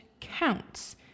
counts